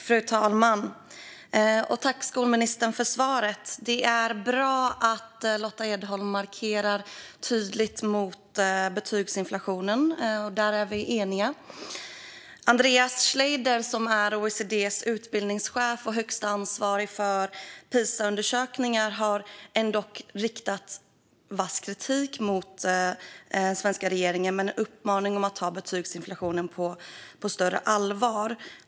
Fru talman! Det är bra att Lotta Edholm markerar tydligt mot betygsinflationen. Där är vi eniga. Andreas Schleicher, som är OECD:s utbildningschef och högsta ansvarig för Pisaundersökningarna har dock riktat vass kritik mot den svenska regeringen med en uppmaning om att ta betygsinflationen på större allvar.